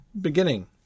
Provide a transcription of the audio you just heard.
beginning